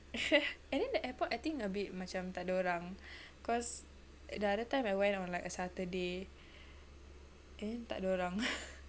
and then the airport I think a bit macam takde orang cause the other time I went on like a saturday and takde orang